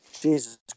jesus